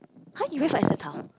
!huh! you went for S_M Town